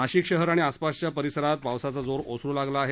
नाशिक शहर आणि आसपासच्या परिसरात पावसाचा जोर ओसरू लागला आहे